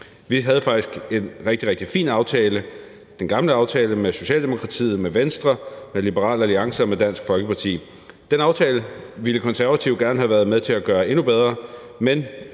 Vi havde faktisk en rigtig, rigtig fin aftale – den gamle aftale – med Socialdemokratiet, Venstre, Liberal Alliance og Dansk Folkeparti. Den aftale ville Konservative gerne have været med til at gøre endnu bedre. Men